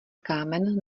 kámen